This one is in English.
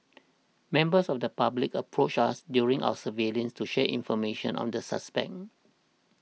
members of the public approached us during our surveillance to share information on the suspect